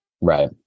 Right